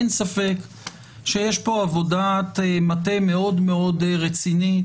אין ספק שיש פה עבודת מטה מאוד מאוד רצינית,